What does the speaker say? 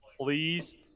please